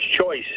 choice